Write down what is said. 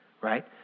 right